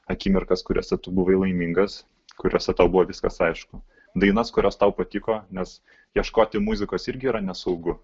akimirkas kuriose tu buvai laimingas kuriose tau buvo viskas aišku dainas kurios tau patiko nes ieškoti muzikos irgi yra nesaugu